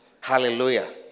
Hallelujah